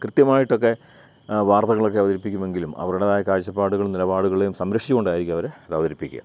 കൃത്യമായിട്ടൊക്കെ വാർത്തകളൊക്കെ അവതരിപ്പിക്കുമെങ്കിലും അവരുടെതായ കാഴ്ചപ്പാടുകളേയും നിലപാടുകളേയും സംരക്ഷിച്ചുകൊണ്ടായിരിക്കും അവർ അത് അവതരിപ്പിക്കുക